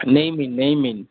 நெய் மீன் நெய் மீன்